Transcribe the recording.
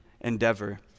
endeavor